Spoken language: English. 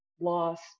loss